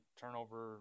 turnover